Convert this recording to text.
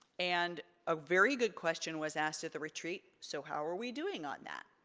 and a very good question was asked at the retreat, so how are we doing on that?